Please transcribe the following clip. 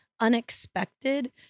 unexpected